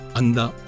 anda